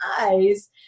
eyes